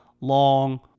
long